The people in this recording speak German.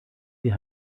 sie